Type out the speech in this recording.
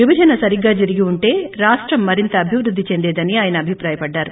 విభజన సరిగ్గా జరిగివుంటే రాష్టం మరింత అభివృద్ధి చెందేదన్ ఆయన అభిప్రాయపడ్లారు